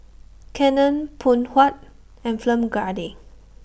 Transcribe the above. Canon Phoon Huat and Film Grade